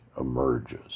emerges